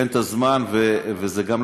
פשוט,